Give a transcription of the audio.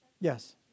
Yes